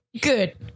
Good